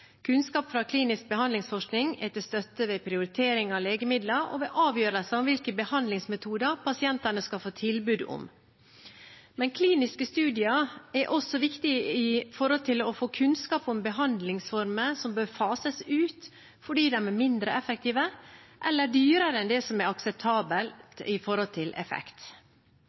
Kunnskap fra klinisk behandlingsforskning er til støtte ved prioritering av legemidler og ved avgjørelser om hvilke behandlingsmetoder pasientene skal få tilbud om. Men kliniske studier er også viktig for å få kunnskap om behandlingsformer som bør fases ut fordi de er mindre effektive eller dyrere enn det som er akseptabelt i forhold til effekt.